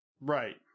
Right